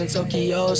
Tokyo